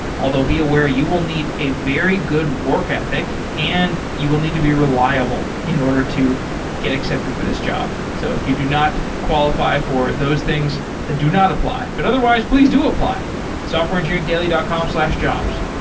although be aware, you will need a very good work ethic and you will need to be reliable in order to get accepted for this job. so if you do not qualify for those things that do not apply, but otherwise, please do apply softwareengineeringdaily dot com slash jobs.